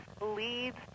leads